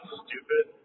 stupid